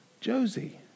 Josie